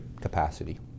capacity